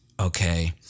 okay